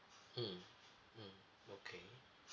mmhmm mmhmm okay